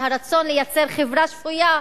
על הרצון לייצר חברה שפויה,